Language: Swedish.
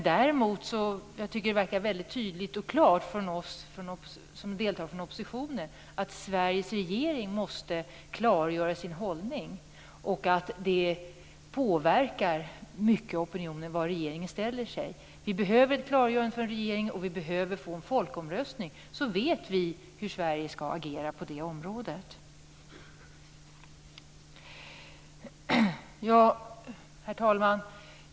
Däremot verkar det framgå väldigt tydligt och klart att vi som deltar från oppositionen tycker att Sveriges regering måste klargöra sin hållning och att det påverkar opinionen hur regeringen ställer sig. Vi behöver ett klargörande från regeringen, och vi behöver få en folkomröstning för att veta hur Sverige skall agera på det området. Herr talman!